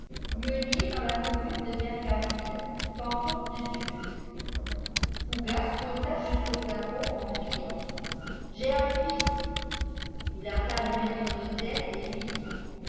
meunier dans la commune de vergaville canton de dieuze fougas sauta jusqu'au plafond en criant j'ai un fils il appela le maître d'hôtel et lui dit